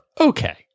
okay